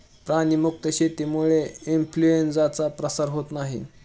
प्राणी मुक्त शेतीमुळे इन्फ्लूएन्झाचा प्रसार होत नाही